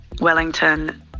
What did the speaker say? Wellington